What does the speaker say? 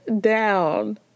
down